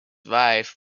wife